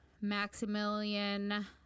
Maximilian